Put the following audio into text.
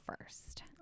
first